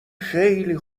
خیلی